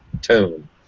tone